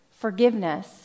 Forgiveness